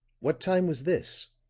what time was this?